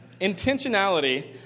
Intentionality